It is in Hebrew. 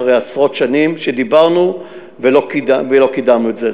אחרי עשרות שנים שדיברנו ולא קידמנו את זה,